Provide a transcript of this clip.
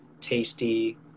Tasty